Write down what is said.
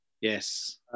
yes